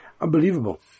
unbelievable